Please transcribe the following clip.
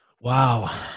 Wow